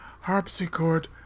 harpsichord